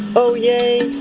oh, yay.